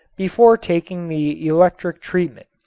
before taking the electric treatment,